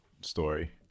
story